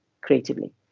creatively